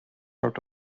out